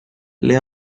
ble